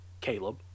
Caleb